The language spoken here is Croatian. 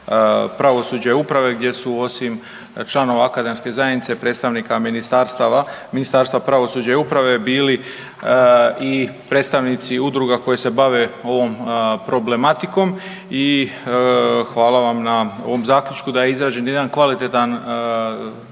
pravosuđa i uprave gdje su, osim članova akademske zajednice, predstavnika ministarstava, Ministarstva pravosuđa i uprave bili i predstavnici udruga koje se bave ovom problematikom i hvala vam na ovom zaključku da je izrađen jedan kvalitetan